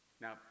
Now